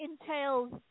entails